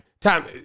Tom